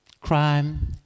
Crime